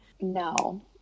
No